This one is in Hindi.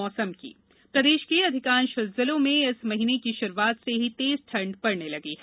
मौसम प्रदेश के अधिकांश जिलों में इस माह की शुरूआत से ही तेज ठंड पड़ने लगी है